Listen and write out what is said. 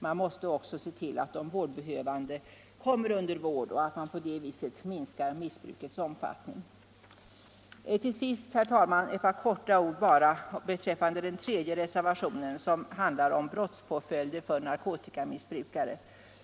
Man måste också se till att de vårdbehövande kommer under vård så att man på det viset kan minska missbrukets omfattning. Till sist, herr talman, några ord i all korthet beträffande den tredje reservationen, som handlar om brottspåföljder för narkotikamissbrukare.